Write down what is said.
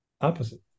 opposite